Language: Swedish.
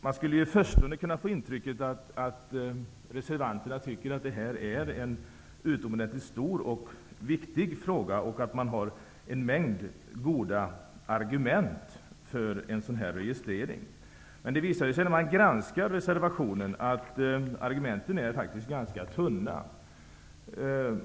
Man skulle i förstone kunna få intrycket att reservanterna anser att detta är en utomordentligt stor och viktig fråga och att man har en mängd goda argument för en sådan registrering. Men när man granskar reservationen visar det sig att argumenten faktiskt är ganska tunna.